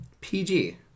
PG